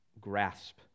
grasp